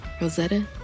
Rosetta